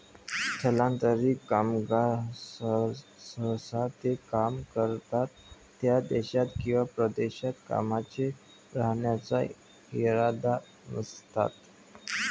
स्थलांतरित कामगार सहसा ते काम करतात त्या देशात किंवा प्रदेशात कायमचे राहण्याचा इरादा नसतात